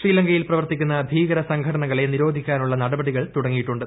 ശ്രീലങ്കയിൽ പ്രവർത്തിക്കുന്ന ഭീകര സംഘടനകളെ നിരോധിക്കാനുള്ള നടപടികൾ തുടങ്ങിയിട്ടുണ്ട്